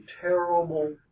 terrible